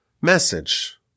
message